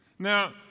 Now